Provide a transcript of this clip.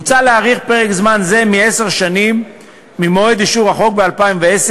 מוצע להאריך פרק זמן זה מעשר שנים ממועד אישור החוק ב-2010,